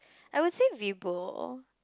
I would say